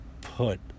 put